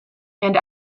and